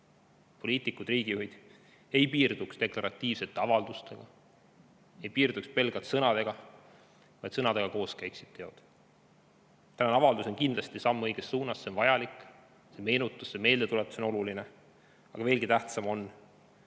poliitikud ja riigijuhid ei piirduks deklaratiivsete avaldustega, ei piirduks pelgalt sõnadega, vaid sõnadega koos käiksid teod. Tänane avaldus on kindlasti samm õiges suunas, see on vajalik, see meenutus, see meeldetuletus on oluline, aga veelgi tähtsam on